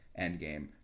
Endgame